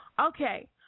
Okay